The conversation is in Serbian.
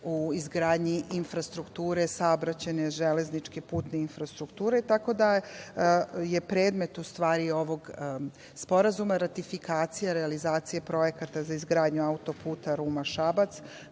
u izgradnji infrastrukture, saobraćajne, železničke, putne infrastrukture. Tako da je predmet, u stvari, ovog sporazuma ratifikacija, realizacija projekata za izgradnju autoputa Ruma – Šabac,